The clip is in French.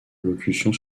allocution